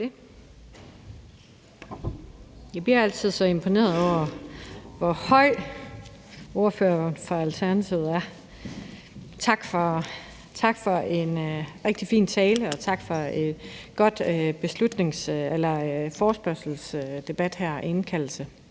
Jeg bliver altid så imponeret over, hvor høj ordføreren fra Alternativet er. Tak for en rigtig fin tale, og tak for indkaldelsen til en god forespørgselsdebat her. Også